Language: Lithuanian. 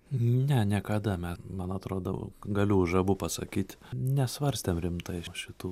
ne niekada me man atrodo galiu už abu pasakyt nesvarstėm rimtai šitų